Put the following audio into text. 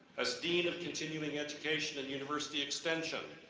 as dean of continuing education and university extension,